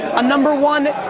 a number one,